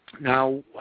Now